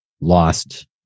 lost